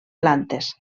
plantes